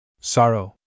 Sorrow